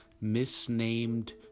misnamed